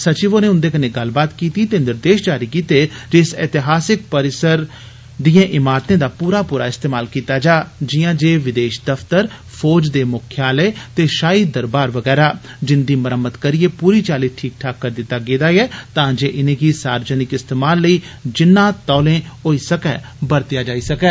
सचिव होरें उंदे कन्नै गल्लबात कीती ते निर्देश जारी कीता जे इस एतिहासक परिसर दिएं इमारतें दा पूरा पूरा इस्तेमाल कीता जा जियां जे विदेश दफ्तर फौज दे मुक्खालय ते शाही दरबार बगैरा जिंदी मरम्मत करियै पूरी चाल्ली ठीक ठाक करी दित्ता गेदा ऐ तां जे इनेंगी सार्वजनिक इस्तेमाल लेई जिन्ना तौले होई सकै बरतेया जाई सकै